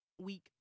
week